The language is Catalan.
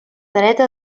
dreta